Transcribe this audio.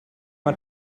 mal